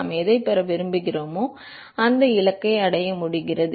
நாம் எதைப் பெற விரும்புகிறோமோ அந்த இலக்கை அடைய முடிகிறது